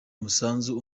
umusanzu